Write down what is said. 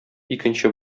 икенче